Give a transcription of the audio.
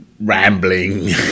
rambling